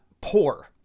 poor